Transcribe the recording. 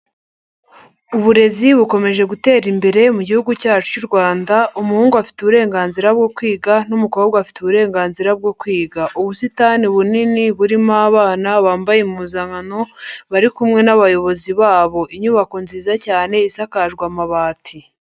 Uburezi bukomeje gutera imbere mu gihugu cyacu cy'u Rwanda, umuhungu afite uburenganzira bwo kwiga n'umukobwa afite uburenganzira bwo kwiga. Ubusitani bunini burimo abana bambaye impuzankano bari kumwe n'abayobozi babo. Inyubako nziza cyane isakajwe amabati.